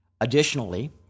Additionally